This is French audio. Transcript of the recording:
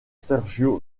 sergio